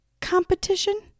competition